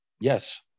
yes